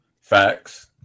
Facts